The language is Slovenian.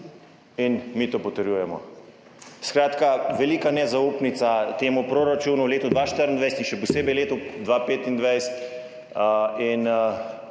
in mi to potrjujemo. Skratka, velika nezaupnica temu proračunu za leto 2024 in še posebej za leto 2025.